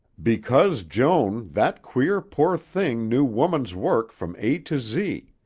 because, joan, that queer, poor thing knew woman's work from a to z.